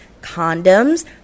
Condoms